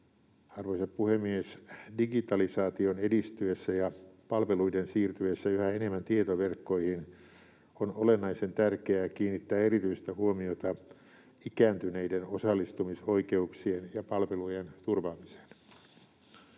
Arvoisa puhemies! Digitalisaation edistyessä ja palveluiden siirtyessä yhä enemmän tietoverkkoihin on olennaisen tärkeää kiinnittää erityistä huomiota ikääntyneiden osallistumisoikeuksien ja palvelujen turvaamiseen.